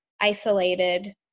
isolated